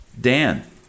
Dan